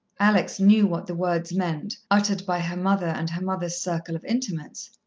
alex knew what the words meant, uttered by her mother and her mother's circle of intimates.